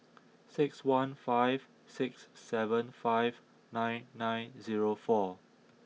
six one five six seven five nine nine zero four